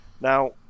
Now